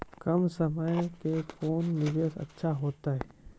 कम समय के कोंन निवेश अच्छा होइतै?